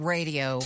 Radio